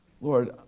Lord